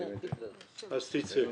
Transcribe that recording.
אז תצא.